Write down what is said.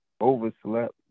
overslept